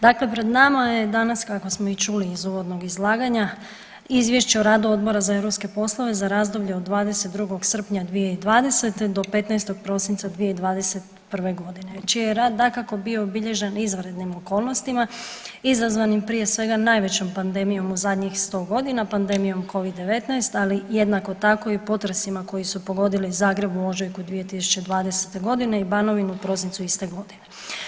Dakle, pred nama je danas kako smo i čuli iz uvodnog izlaganja Izvješće o radu Odbora za europske poslove za razdoblje od 22. srpnja 2020. do 15. prosinca 2021.g., čiji je rad dakako bio obilježen izvanrednim okolnostima izazvanim prije svega najvećom pandemijom u zadnjih 100.g., pandemijom Covid-19, ali jednako tako i potresima koji su pogodili Zagreb u ožujku 2020.g. i Banovinu u prosincu iste godine.